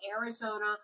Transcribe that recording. Arizona